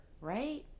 right